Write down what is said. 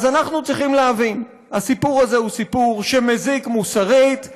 אז אנחנו צריכים להבין: הסיפור הזה הוא סיפור שמזיק מוסרית,